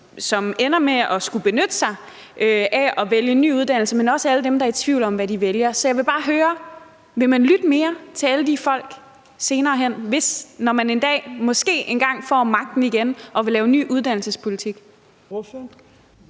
som ender med at vælge en ny uddannelse, men også på alle dem, der er i tvivl om, hvad de skal vælge. Så jeg vil bare høre: Vil man lytte mere til alle de folk senere hen, hvis eller når man en dag måske igen får magten og vil lave en ny uddannelsespolitik?